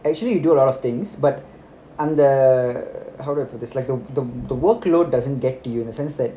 actually you do a lot of things but um the how do I put this like the the the workload doesn't get to you in a sense that